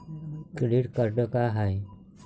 Credit card का हाय?